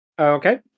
Okay